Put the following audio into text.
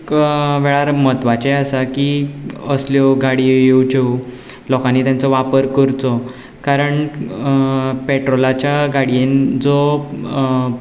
वेळार म्हत्वाचें आसा की असल्यो गाडयो येवच्यो लोकांनी तेंचो वापर करचो कारण पेट्रोलाच्या गाडयेन जो